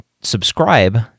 subscribe